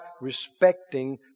respecting